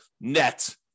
net